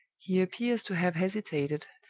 he appears to have hesitated,